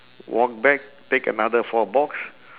walk back take another four box